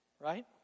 right